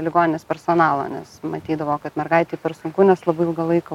ligonės personalo nes matydavo kad mergaitei per sunku nes labai ilgą laiko